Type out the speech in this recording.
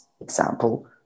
example